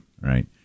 Right